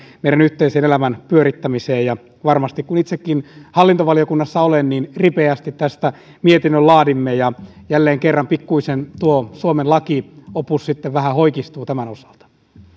meidän yhteisen elämämme pyörittämiseen varmasti kun itsekin hallintovaliokunnassa olen ripeästi tästä mietinnön laadimme ja jälleen kerran pikkuisen tuo suomen laki opus sitten hoikistuu tämän osalta